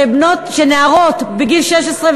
שנערות בגיל 16,